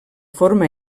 forma